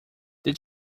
did